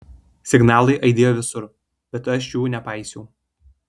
signalai aidėjo visur bet aš jų nepaisiau